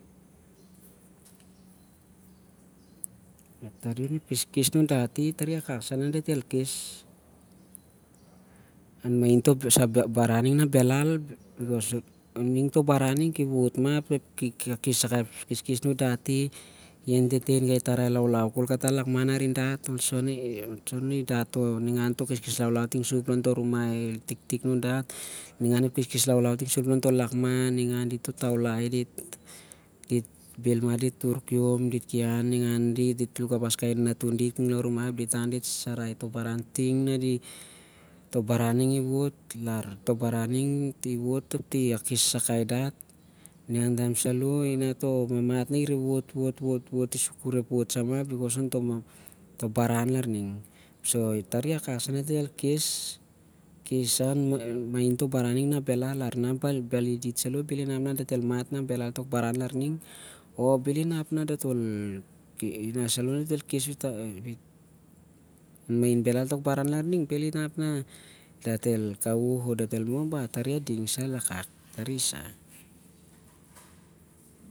Tari onep keskes anun dati tari i- wakak sah dat el kes mahin toh baran ning nah bhelal. Ining toh baran ning ki- wo't mah api- akes sakai ep kheskhes anun dati, api kat ep tarai laulau khol kata an lakman arin dat, lartah kheskhes laulau ting ontoh rumai tiktik anun dat, ningan ep kheskhes laulau ting ontoh lakman, ningan dit tatulai mete'k, ningan dit bhel mah dit turkiom, dit liu kabas kai nanatun dit, toh baran ning na- i- wo't khon akes sasakai dat ting ontoh lakman